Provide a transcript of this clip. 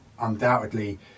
undoubtedly